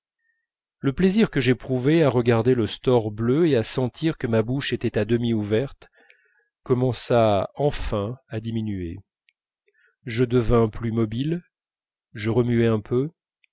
le plaisir que j'éprouvais à regarder le store bleu et à sentir que ma bouche était à demi ouverte commença enfin à diminuer je devins plus mobile je remuai un peu